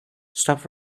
stop